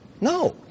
No